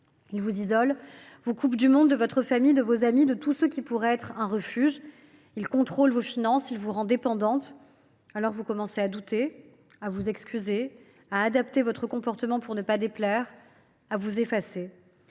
Il » vous isole, vous coupe du monde, de votre famille, de vos amis, de tous ceux qui pourraient être un refuge. « Il » contrôle vos finances, il vous rend dépendante. Alors, vous commencez à douter, à vous excuser, à adapter votre comportement, pour ne pas déplaire, à vous effacer.